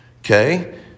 Okay